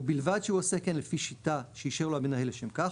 ובלבד שהוא עושה כן לפי שיטה שאישר לו המנהל לשם כך,